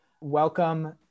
Welcome